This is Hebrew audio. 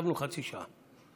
קצבנו חצי שעה,